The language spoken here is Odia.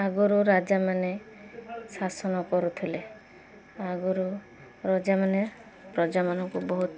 ଆଗରୁ ରାଜାମାନେ ଶାସନ କରୁଥିଲେ ଆଗରୁ ରାଜାମାନେ ପ୍ରଜାମାନଙ୍କୁ ବହୁତ